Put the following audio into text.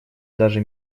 даже